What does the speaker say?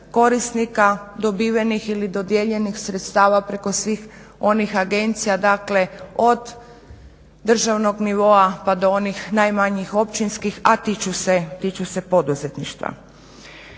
korisnika dobivenih ili dodijeljenih sredstava preko svih onih agencija. Dakle, od državnog nivoa pa do onih najmanjih općinskih a tiču se poduzetništva.